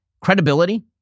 credibility